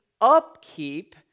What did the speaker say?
upkeep